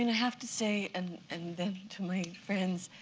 and have to say and and then to my friends.